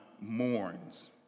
mourns